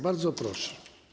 Bardzo proszę.